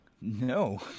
No